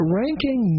ranking